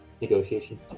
negotiation